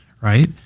right